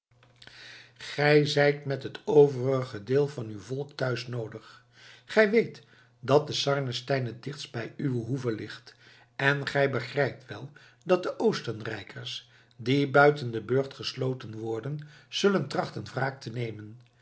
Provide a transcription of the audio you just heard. gij zijt met het overige deel van uw volk thuis noodig gij weet dat de sarnenstein het dichtst bij uwe hoeve ligt en gij begrijpt wel dat de oostenrijkers die buiten den burcht gesloten worden zullen trachten wraak te nemen